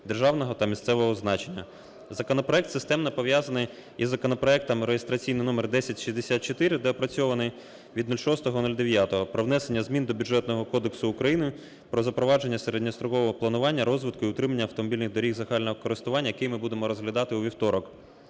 державного та місцевого значення. Законопроект системно пов'язаний із законопроектом (реєстраційний номер 1064 – доопрацьований) від 06.09. про внесення змін до Бюджетного кодексу України про запровадження середньострокового планування розвитку і утримання автомобільних доріг загального користування, який ми будемо розглядати у вівторок.